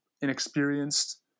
inexperienced